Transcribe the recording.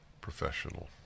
professional